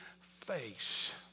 face